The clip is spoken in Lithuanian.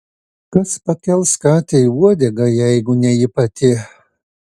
kas pakels katei uodegą jeigu ne ji pati